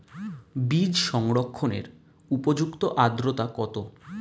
বীজ সংরক্ষণের উপযুক্ত আদ্রতা কত?